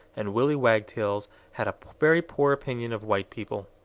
and willy wagtails had a very poor opinion of white people.